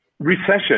Recession